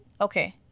Okay